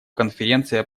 конференция